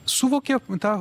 suvokė tą